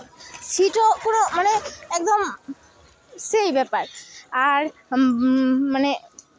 seat ᱦᱚᱸ ᱠᱚᱱᱳ ᱢᱟᱱᱮ ᱮᱠᱫᱚᱢ ᱥᱮᱭ ᱵᱮᱯᱟᱨ ᱟᱨ ᱢᱟᱱᱮ